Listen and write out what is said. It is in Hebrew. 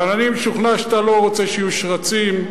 אבל אני משוכנע שאתה לא רוצה שיהיו שרצים,